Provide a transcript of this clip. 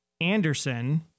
Anderson